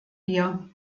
wir